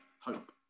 hope